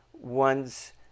one's